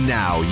now